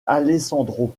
alessandro